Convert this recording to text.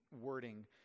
wording